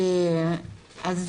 עכשיו,